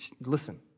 listen